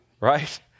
right